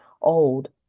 old